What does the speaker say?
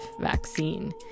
vaccine